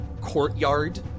courtyard